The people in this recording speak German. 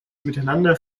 miteinander